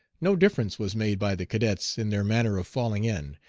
no difference was made by the cadets in their manner of falling in,